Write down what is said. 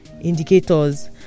indicators